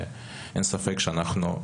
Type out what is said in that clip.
ואין ספק שאנחנו,